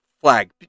flag